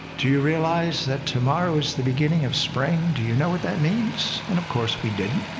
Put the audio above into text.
do you realize that tomorrow is the beginning of spring? do you know what that means? and of course we didn't.